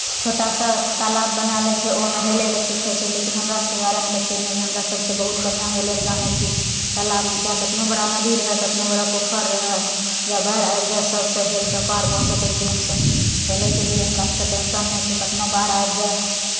छोटा सा तालाब बना लै छै ओहिमे हेलय लए सीखै छै लेकिन हमरा सभके बारेमे तऽ से नहि यए हमरा सभ तऽ बहुत बढ़िआँ हेलय लए जानै छी तालाबमे चाहे कतनो बड़ा नदी रहय कतनो बड़ा पोखरि रहय या बाढ़ि आबि जाय सभसँ हेलि कऽ पार भऽ सकै छी हमसभ हेलयके लिए हमरा सभके टेन्शन नहि छै कतनो बाढ़ि आबि जाय